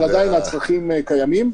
אבל עדיין הצרכים קיימים.